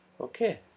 okay